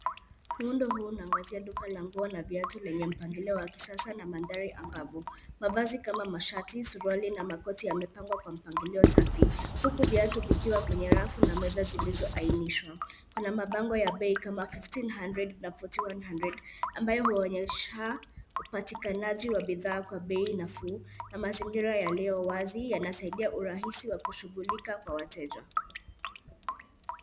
Muundo huu unaangazia duka la nguo na viatu wenye mpangilio wa kisasa na mandhari angavu. Mavazi kama mashati, suruali na makoti yamepangwa kwa mpangilio safi huku viatu vikiwa kwenye rafu na meza zilizoainishwa kuna mabango ya bei kama 1500 na 4100 ambayo huonyesha upatikanji wa bidhaa kwa bei nafuu na mazingira yaliyowazi yansaidia urahisi wa kushughulikwa kwa wateja.